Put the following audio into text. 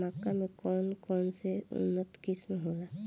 मक्का के कौन कौनसे उन्नत किस्म होला?